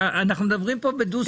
אנחנו מדברים פה בדו-שיח של חירשים.